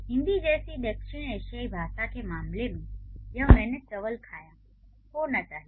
हिंदी जैसी दक्षिण एशियाई भाषा के मामले में यह मैंने चवल खाया होना चाहिए